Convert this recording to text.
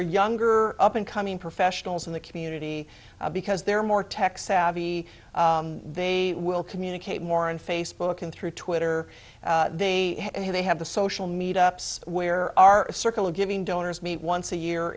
are younger up and coming professionals in the community because they're more tech savvy they will communicate more in facebook and through twitter they do they have the social meet ups where our circle of giving donors meet once a year